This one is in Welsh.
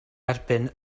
erbyn